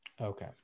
Okay